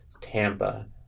Tampa